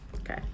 Okay